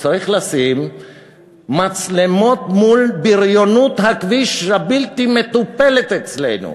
צריך לשים מצלמות מול בריונות הכביש הבלתי-מטופלת אצלנו.